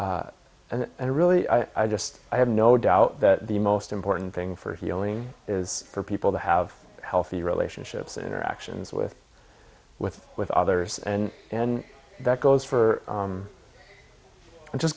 is and really i just i have no doubt that the most important thing for healing is for people to have healthy relationships interactions with with with others and that goes for just